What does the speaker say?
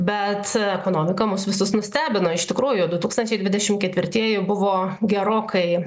bet ekonomika mus visus nustebino iš tikrųjų du tūkstančiai dvidešimt ketvirtieji buvo gerokai